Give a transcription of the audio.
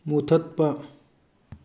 ꯃꯨꯊꯠꯄ